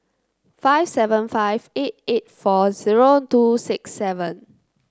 five seven five eight eight four zero two six seven